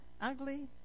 ugly